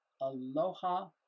aloha